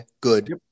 Good